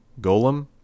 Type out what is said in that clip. Golem